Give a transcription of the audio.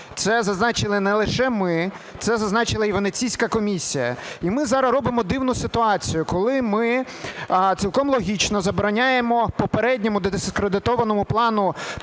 Це зазначили не лише ми, це зазначила і Венеційська комісія. І ми зараз робимо дивну ситуацію, коли ми цілком логічно забороняємо попередньому, дискредитованому, складу